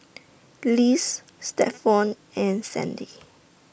Lise Stephon and Sandy